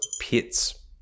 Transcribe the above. pits